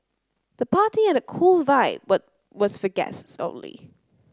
the party had a cool vibe but was for guests only